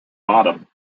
bottom